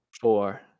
Four